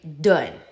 done